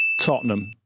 Tottenham